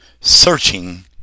searching